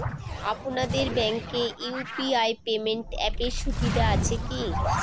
আপনাদের ব্যাঙ্কে UPI payment অ্যাপের সুবিধা আছে কি?